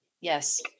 Yes